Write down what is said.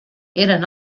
eren